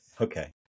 Okay